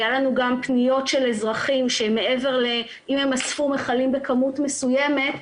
היו אלינו גם פניות של אזרחים שאם הם אספו מכלים בכמות מסוימת,